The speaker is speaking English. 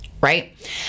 right